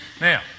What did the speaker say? Now